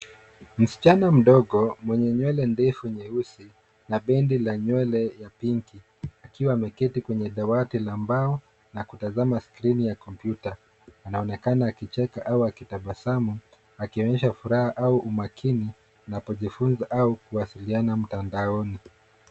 Msichana mdogo mwenye nywele ndefu nyeusi na bendi la nywele la pingi, akiwa ameketi kwenye dawati la mbao na kutazama skirini ya kompyuta. Anaonekana akicheka au akitabasamu, akionyesha furaha au umakini anapojifunza au kuwasiliana mtandaoni.